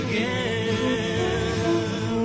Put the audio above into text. Again